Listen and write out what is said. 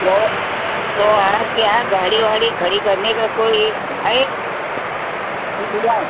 तो तो आपके यहाँ गाड़ी वाड़ी खड़ी करने का कोई है इंतजाम